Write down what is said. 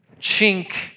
chink